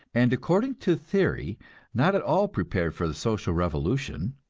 and according to theory not at all prepared for the social revolution.